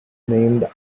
named